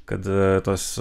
kad tos